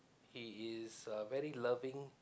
he is uh very loving